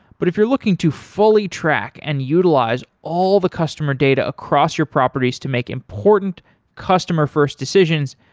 but if you're looking to fully track and utilize all the customer data across your properties to make important customer-first decisions,